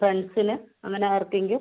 ഫ്രണ്ട്സിന് അങ്ങനെ ആർക്കെങ്കിലും